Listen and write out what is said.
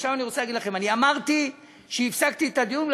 עכשיו אני רוצה להגיד לכם: אני אמרתי שהפסקתי את הדיון,